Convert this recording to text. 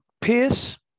Pierce